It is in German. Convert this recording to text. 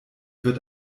wird